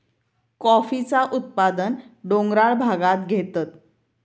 कॉफीचा उत्पादन डोंगराळ भागांत घेतत